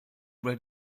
red